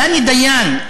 דני דיין,